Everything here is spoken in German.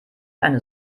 eine